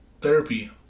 therapy